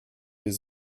les